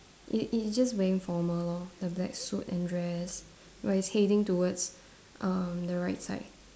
it it just wearing formal lor the black suit and dress where it's heading towards uh the right side